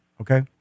okay